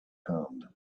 hand